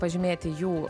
pažymėti jų